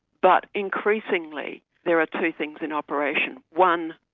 but increasingly, there are two things in operation one,